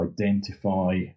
identify